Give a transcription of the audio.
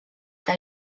que